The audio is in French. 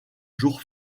jour